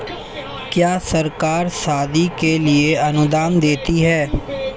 क्या सरकार शादी के लिए अनुदान देती है?